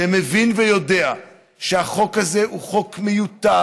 שכל מי שמבין ויודע שהחוק הזה הוא חוק מיותר,